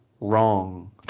wrong